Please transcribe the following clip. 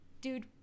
dude